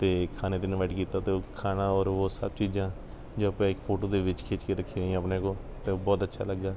ਅਤੇ ਖਾਣੇ 'ਤੇ ਇਨਵਾਈਟ ਕੀਤਾ ਅਤੇ ਉਹ ਖਾਣਾ ਔਰ ਉਹ ਸਭ ਚੀਜ਼ਾਂ ਜੋ ਆਪਾਂ ਇੱਕ ਫੋਟੋ ਦੇ ਵਿੱਚ ਖਿੱਚ ਕੇ ਰੱਖੀਆਂ ਹੋਈਆਂ ਆਪਣੇ ਕੋਲ ਅਤੇ ਬਹੁਤ ਅੱਛਾ ਲੱਗਾ